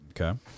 Okay